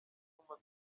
utuma